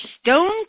stone